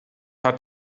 hat